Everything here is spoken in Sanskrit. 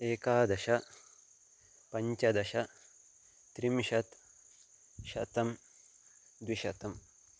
एकादश पञ्चदश त्रिंशत् शतं द्विशतम्